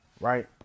right